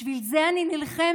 בשביל זה אני נלחמת